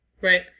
Right